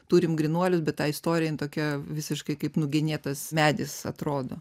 turim grynuolius bet ta istorija jin tokia visiškai kaip nugenėtas medis atrodo